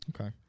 Okay